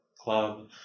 club